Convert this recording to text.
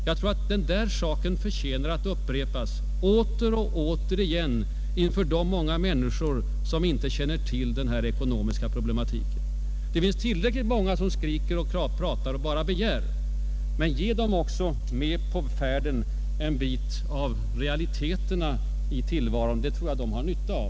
Jag tror att den saken förtjänar att åter och åter igen upprepas inför de många människor, som inte tänker på de ekonomiska sammanhangen. Det finns tillräckligt många som skriker och pratar och bara begär, men ge dem med på färden också en bit av realiteterna i tillvaron. Det tror jag de har nytta av.